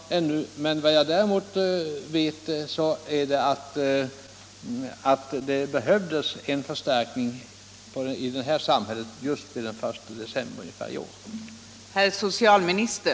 Däremot vet jag att det behövdes en förstärkning i det här samhället just den 1 december i år.